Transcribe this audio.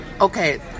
Okay